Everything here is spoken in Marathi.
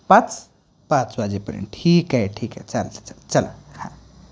पाच पाच वाजेपर्यंत ठीक आहे ठीक आहे चालतं चाल चला हां